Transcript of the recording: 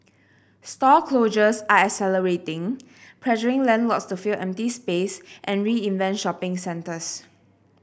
store closures are accelerating pressuring landlords to fill empty space and reinvent shopping centres